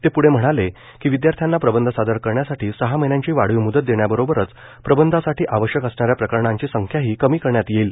ते प्ढे म्हणाले की विद्यार्थ्यांना प्रबंध सादर करण्यासाठी सहा महिन्यांची वाढीव म्दत देण्याबरोबरच प्रंबंधासाठी आवश्यक असणाऱ्या प्रकरणांची संख्याही कमी करण्यात येईल